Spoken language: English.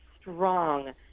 strong